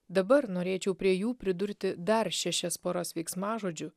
dabar norėčiau prie jų pridurti dar šešias poras veiksmažodžių